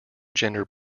gender